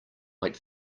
wait